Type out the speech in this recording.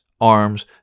arms